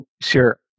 Sure